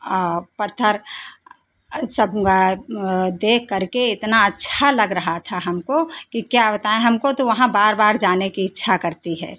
और पत्थर सब देख करके इतना अच्छा लग रहा था हमको कि क्या बताएं हमको तो वहां बार बार जाने की इच्छा करती है